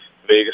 Vegas